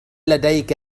لديك